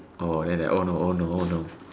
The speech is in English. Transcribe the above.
orh then that oh no oh no oh no